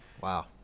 Wow